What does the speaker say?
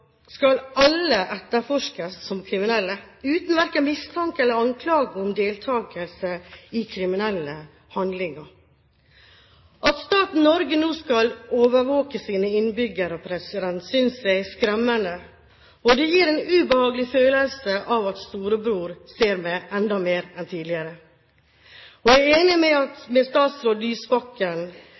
skal etterforskes som kriminelle uten verken mistanke eller anklage om deltakelse i kriminelle handlinger. At staten Norge nå skal overvåke sine innbyggere, synes jeg er skremmende. Det gir en ubehagelig følelse av at storebror ser meg enda mer enn tidligere. Jeg er enig med statsråd Lysbakken i at